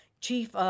Chief